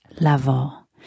level